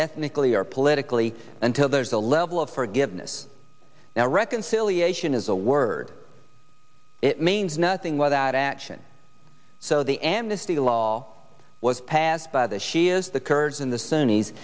ethnically or politically until there's a level of forgiveness now reconciliation is a word it means nothing without action so the amnesty law was passed by the shias the kurds in the sunni